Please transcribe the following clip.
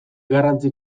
garrantzi